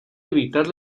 evitar